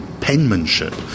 penmanship